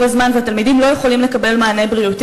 הזמן והתלמידים לא יכולים לקבל מענה בריאותי.